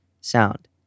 sound